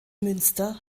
münster